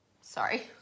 sorry